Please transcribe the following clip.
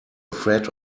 afraid